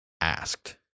asked